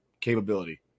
capability